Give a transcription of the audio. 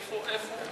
איפה הוא?